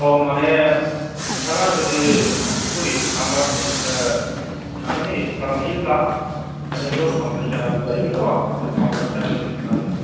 औ माने नोंथाङा जुदि बेखौ ओ थांनानै इसु खालामहैयोब्ला माने बेखौ काउन्टार साइन नांगौ जाहैबायथ' काउन्टार साइन